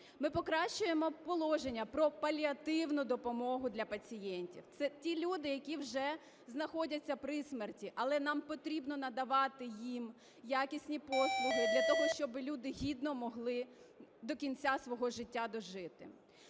Ми покращуємо положення про паліативну допомогу для пацієнтів. Це ті люди, які вже знаходяться при смерті, але нам потрібно надавати їм якісні послуги для того, щоб люди гідно могли до кінця свого життя дожити.